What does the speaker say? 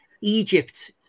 Egypt